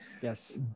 Yes